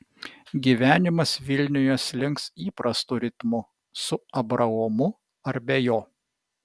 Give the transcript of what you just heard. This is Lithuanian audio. gyvenimas vilniuje slinks įprastu ritmu su abraomu ar be jo